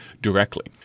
directly